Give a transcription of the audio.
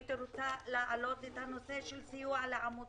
הייתי רוצה להעלות את הנושא של סיוע לעמותות.